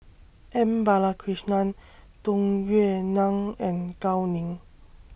M Balakrishnan Tung Yue Nang and Gao Ning